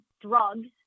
drugs